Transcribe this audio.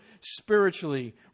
spiritually